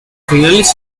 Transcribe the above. finales